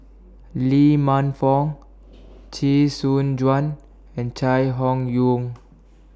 Lee Man Fong Chee Soon Juan and Chai Hon Yoong